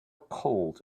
cold